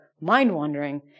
mind-wandering